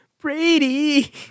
Brady